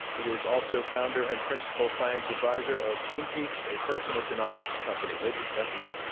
he is also founder and principal science advisor of genepeeks, a personal genomics company. ladies and gentlemen,